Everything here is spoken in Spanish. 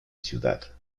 ciudad